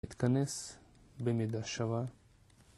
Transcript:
להתכנס במידה שווה